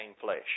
flesh